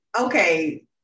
Okay